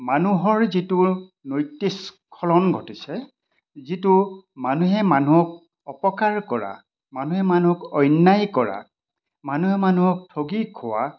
মানুহৰ যিটো নৈতিক স্খলন ঘটিছে যিটো মানুহে মানুহক অপকাৰ কৰা মানুহে মানুহক অন্যায় কৰা মানুহে মানুহক ঠগি খোৱা